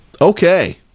Okay